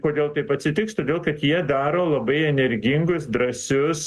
kodėl taip atsitiks todėl kad jie daro labai energingus drąsius